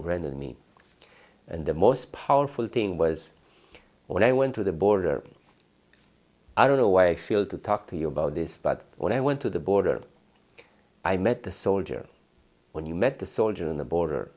sorrento me and the most powerful thing was when i went to the border i don't know why i feel to talk to you about this but when i went to the border i met the soldier when you met the soldier in the border